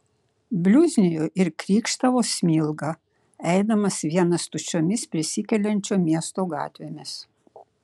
bliuznijo ir krykštavo smilga eidamas vienas tuščiomis prisikeliančio miesto gatvėmis